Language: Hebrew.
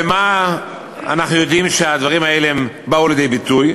במה אנחנו יודעים שהדברים האלה הם באו לידי ביטוי?